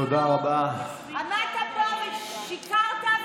עמדת פה ושיקרת.